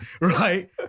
right